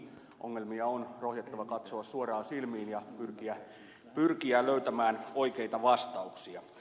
ongelmia on rohjettava katsoa suoraan silmiin ja pyrittävä löytämään oikeita vastauksia